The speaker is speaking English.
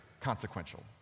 consequential